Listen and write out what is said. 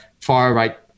far-right